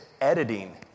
editing